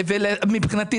אפילו